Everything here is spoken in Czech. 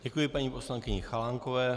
Děkuji paní poslankyni Chalánkové.